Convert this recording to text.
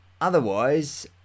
Otherwise